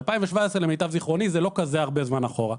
2017, למיטב זיכרוני, זה לא כזה הרבה זמן אחורה.